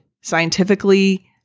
scientifically